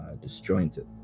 Disjointed